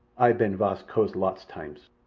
ay ban vast coast lots times.